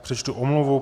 Přečtu omluvu.